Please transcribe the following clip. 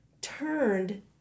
turned